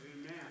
Amen